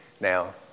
Now